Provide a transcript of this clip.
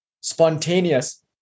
spontaneous